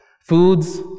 Foods